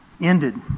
ended